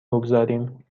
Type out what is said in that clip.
بگذاریم